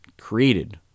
created